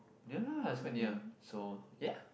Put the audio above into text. ya it's quite near so ya